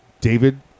David